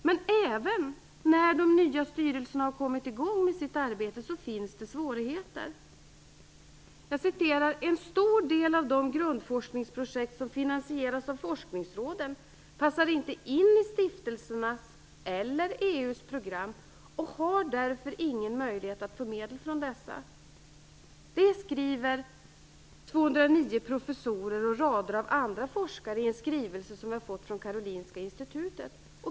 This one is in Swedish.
Men även när de nya styrelserna har kommit i gång med sitt arbete finns det svårigheter. Det står: En stor del av de grundforskningsprojekt som finansieras av forskningsråden passar inte in i stiftelsernas eller EU:s program och har därför ingen möjlighet att få medel från dessa. Det skriver 209 professorer och rader av andra forskare i en skrivelse som vi har fått från Karolinska Institutet.